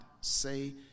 say